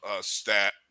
stat